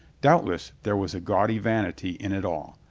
doubtless there was a gaudy vanity in it all,